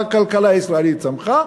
הכלכלה הישראלית צמחה,